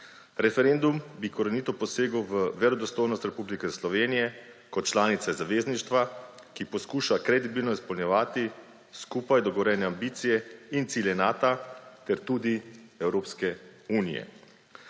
Referendum bi korenito posegel v verodostojnost Republike Slovenije kot članice zavezništva, ki poskuša kredibilno izpolnjevati skupaj dogovorjene ambicije in cilje Nata ter tudi Evropske unije.